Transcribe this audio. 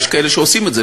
יש כאלה שעושים את זה,